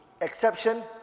Exception